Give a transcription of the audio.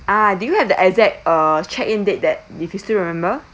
ah do you have the exact uh check in date that if you still remember